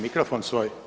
mikrofon svoj?